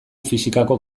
fisikako